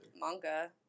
manga